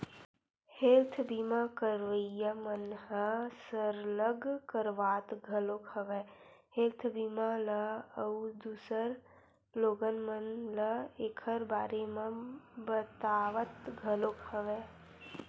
health बीमा करवइया मन ह सरलग करवात घलोक हवय हेल्थ बीमा ल अउ दूसर लोगन मन ल ऐखर बारे म बतावत घलोक हवय